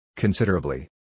Considerably